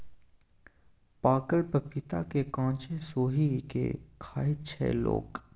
पाकल पपीता केँ कांचे सोहि के खाइत छै लोक